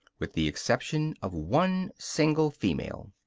with the exception of one single female.